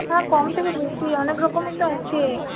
হ্যাঁ কম থেকে বেশি অনেকরকমই তো আছে